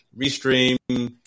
restream